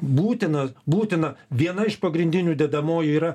būtina būtina viena iš pagrindinių dedamoji yra